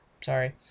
sorry